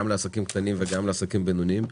גם לעסקים קטנים וגם לעסקים בינוניים,